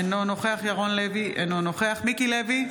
אינו נוכח ירון לוי, אינו נוכח מיקי לוי,